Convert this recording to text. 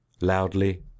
loudly